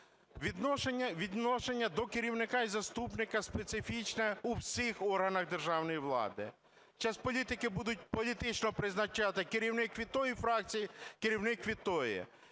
Відношення до керівника і заступника специфічне у всіх органах державної влади. Зараз політики будуть політично призначати: керівник – від тої фракції, керівник – від тої.